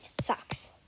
socks